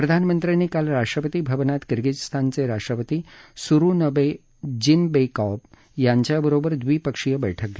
प्रधानमंत्र्यांनी काल राष्ट्रपती भवनात किर्गिजस्तानचे राष्ट्रपती सूरोनबे जीनबेकॉब यांच्याबरोबर द्विपक्षीय बरुक्क घेतली